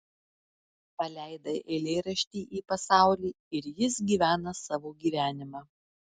paleidai eilėraštį į pasaulį ir jis gyvena savo gyvenimą